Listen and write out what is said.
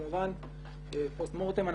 פוסט מורטום,